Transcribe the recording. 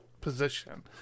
position